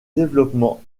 développement